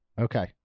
Okay